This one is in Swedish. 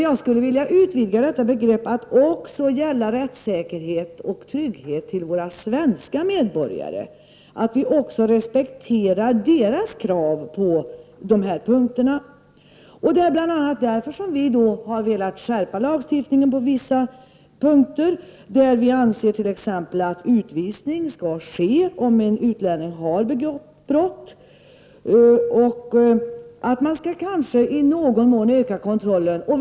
Jag skulle vilja utvidga detta begrepp till att också gälla rättssäkerhet och trygghet för våra svenska medborgare, så att vi respekterar även deras krav på dessa punkter. Det är bl.a. därför som vi har velat skärpa lagstiftningen på vissa punkter. Vi anser t.ex. att utvisning skall ske om en utlänning har begått brott och att man kanske skall öka kontrollen i viss mån.